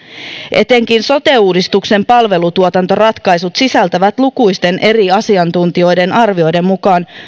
etenkin sote uudistuksen palvelutuotantoratkaisut sisältävät lukuisten eri asiantuntijoiden arvioiden mukaan